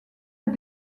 est